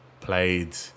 played